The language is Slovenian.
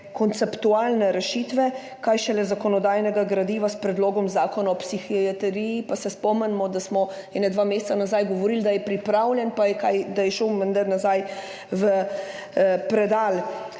konceptualne rešitve, kaj šele zakonodajnega gradiva s predlogom zakona o psihiatriji, pa se spomnimo, da smo nekje dva meseca nazaj govorili, da je pripravljen, pa je šel menda nazaj v predal.